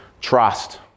trust